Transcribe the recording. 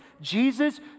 Jesus